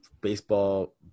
baseball